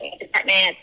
Department